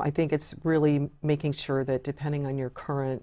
i think it's really making sure that depending on your current